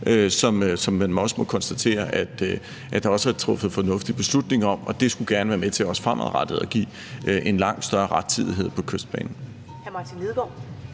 også må konstatere at der er truffet en fornuftig beslutning om. Og det skulle gerne være med til fremadrettet at give en langt større rettidighed på Kystbanen.